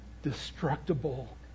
destructible